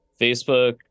Facebook